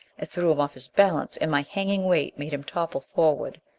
it threw him off his balance, and my hanging weight made him topple forward.